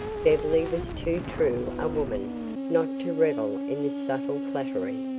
beverly was too true a woman not to revel in this subtle flattery.